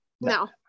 no